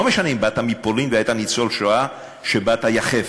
לא משנה אם באת מפולין והיית ניצול השואה שבא יחף.